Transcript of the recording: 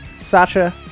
Sasha